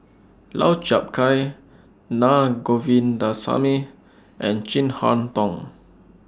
Lau Chiap Khai Na Govindasamy and Chin Harn Tong